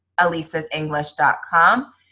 alisa'senglish.com